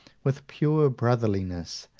with pure brotherliness,